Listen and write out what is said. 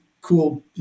cool